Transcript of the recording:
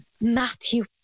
Matthew